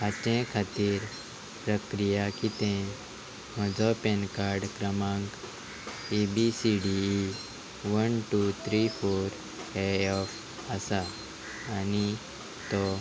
हाचे खातीर प्रक्रिया कितें म्हजो पॅन कार्ड क्रमांक A B C D one two three four A F आसा आनी तो